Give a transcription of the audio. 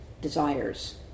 Desires